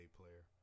player